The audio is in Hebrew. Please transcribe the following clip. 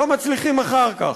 לא מצליחים אחר כך?